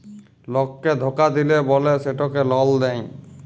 লককে ধকা দিল্যে বল্যে সেটকে লল দেঁয়